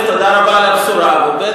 תודה רבה על הבשורה, ב.